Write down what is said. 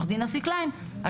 עו"ד אסי קליין,